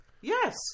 Yes